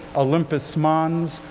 olympus mons.